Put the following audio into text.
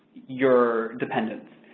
your dependence.